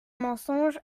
mensonge